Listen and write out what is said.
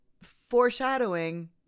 foreshadowing